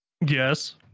Yes